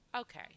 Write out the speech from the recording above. Okay